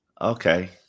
Okay